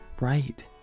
right